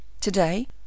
today